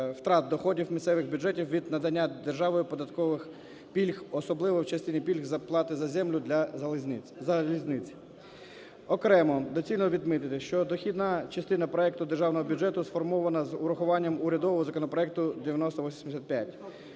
втрат доходів місцевих бюджетів від надання державою податкових пільг, особливо в частині пільг за плати за землю для залізниці. Окремо доцільно відмітити, що дохідна частина проекту Державного бюджету сформована з урахуванням урядового законопроекту 9085